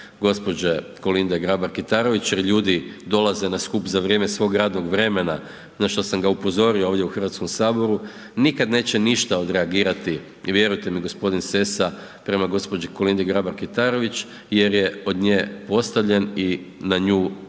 gđe. Kolinde Grabar Kitarović jer ljudi dolaze na skup za vrijeme svog radnog vremena na što sam ga upozorio ovdje u HS-u, nikad neće ništa odreagirati i vjerujte mi, g. Sessa prema gđi. Kolindi Grabar Kitarović jer je od nje postavljen i na nju, kako